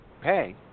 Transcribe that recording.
pay